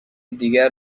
دیگر